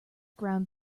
ground